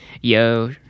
Yo